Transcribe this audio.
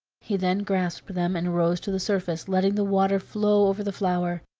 he then grasped them and rose to the surface, letting the water flow over the flower.